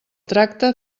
tracte